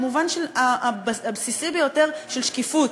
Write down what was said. במובן הבסיסי ביותר של שקיפות.